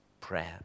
prayer